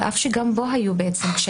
על אף שגם בו היו קשיים,